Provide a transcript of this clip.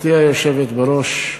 גברתי היושבת בראש,